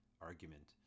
argument